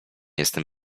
jestem